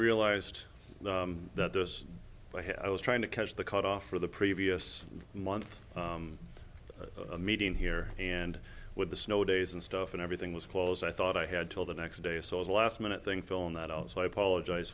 realized that those by him i was trying to catch the cut off for the previous month a meeting here and with the snow days and stuff and everything was closed i thought i had till the next day so as a last minute thing film that also i apologize